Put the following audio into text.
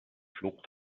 flog